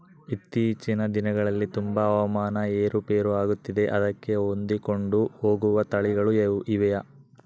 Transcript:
ಇತ್ತೇಚಿನ ದಿನಗಳಲ್ಲಿ ತುಂಬಾ ಹವಾಮಾನ ಏರು ಪೇರು ಆಗುತ್ತಿದೆ ಅದಕ್ಕೆ ಹೊಂದಿಕೊಂಡು ಹೋಗುವ ತಳಿಗಳು ಇವೆಯಾ?